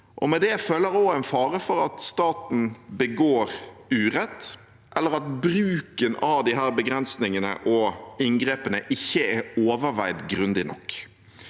Med det følger også en fare for at staten begår urett, eller at bruken av disse begrensningene og inngrepene ikke er overveid grundig nok.